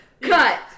Cut